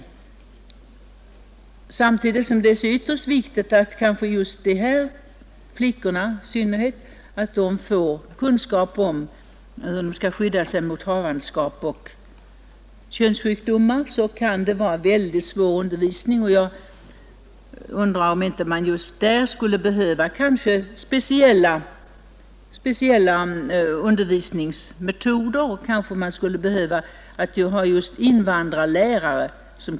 På samma gång som det är ytterst viktigt att invandrarbarnen — i synnerhet flickorna — får kunskap om hur de skall skydda sig mot havandeskap och könssjukdomar kan det vara mycket svårt att förmedla denna undervisning; och jag undrar om man inte just på detta område skulle behöva speciella undervisningsmetoder och kanske invandrarlärare.